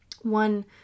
one